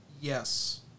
Yes